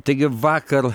taigi vakar